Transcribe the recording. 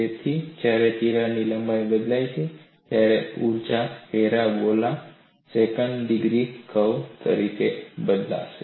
તેથી જ્યારે તિરાડની લંબાઈ બદલાય છે ત્યારે ઊર્જા પેરાબોલા સેકન્ડ ડિગ્રી કર્વ તરીકે બદલાશે